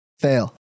Fail